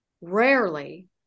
rarely